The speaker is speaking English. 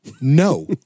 No